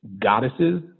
goddesses